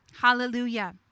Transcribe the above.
Hallelujah